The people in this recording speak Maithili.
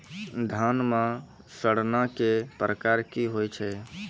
धान म सड़ना कै प्रकार के होय छै?